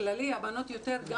בכללי, הבנות יותר.